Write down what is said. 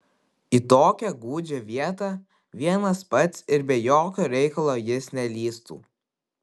į tokią gūdžią vietą vienas pats ir be jokio reikalo jis nelįstų